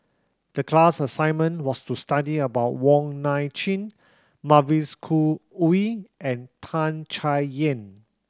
the class assignment was to study about Wong Nai Chin Mavis Khoo Oei and Tan Chay Yan